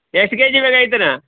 ಎಷ್ಟು ಕೆಜಿ ಬೇಕಾಗಿತ್ತನ